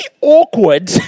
awkward